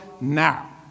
now